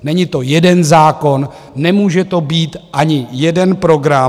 Není to jeden zákon, nemůže to být ani jeden program.